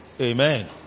Amen